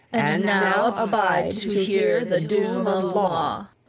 and now abide to hear the doom of law.